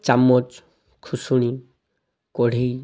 ଚାମଚ୍ ଖୁସୁଣି କଢ଼େଇ